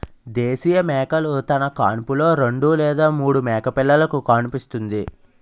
దేశీయ మేకలు తన కాన్పులో రెండు లేదా మూడు మేకపిల్లలుకు కాన్పుస్తుంది